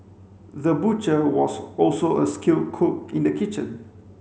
the butcher was also a skilled cook in the kitchen